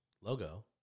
logo